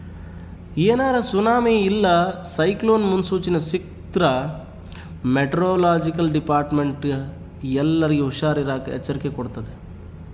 ಏನಾರ ಸುನಾಮಿ ಇಲ್ಲ ಸೈಕ್ಲೋನ್ ಮುನ್ಸೂಚನೆ ಸಿಕ್ರ್ಕ ಮೆಟೆರೊಲೊಜಿಕಲ್ ಡಿಪಾರ್ಟ್ಮೆಂಟ್ನ ಎಲ್ಲರ್ಗೆ ಹುಷಾರಿರಾಕ ಎಚ್ಚರಿಕೆ ಕೊಡ್ತತೆ